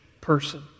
person